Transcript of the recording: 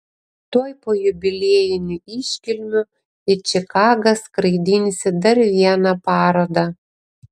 tuoj po jubiliejinių iškilmių į čikagą skraidinsi dar vieną parodą